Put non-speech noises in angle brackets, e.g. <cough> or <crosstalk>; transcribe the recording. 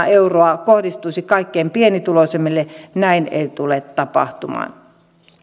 <unintelligible> euroa kohdistuisi kaikkein pienituloisimmille ei tule tapahtumaan